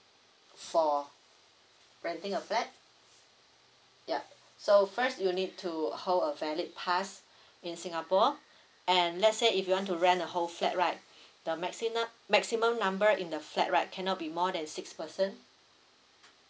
for renting a flat ya so first you need to hold a valid pass in singapore and let's say if you want to rent a whole flat right the maximum maximum number in the flat right cannot be more than six person